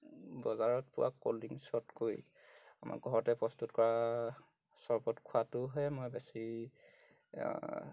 বজাৰত পোৱা ক'ল্ড ড্ৰিংক্সতকৈ মই ঘৰতে প্ৰস্তুত কৰা চৰ্বত খোৱাটোহে মই বেছি